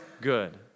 good